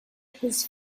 his